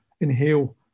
inhale